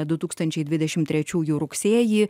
du tūkstančiai dvidešimt trečiųjų rugsėjį